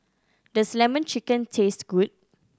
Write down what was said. does Lemon Chicken taste good